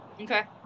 Okay